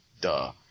duh